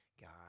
God